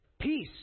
Peace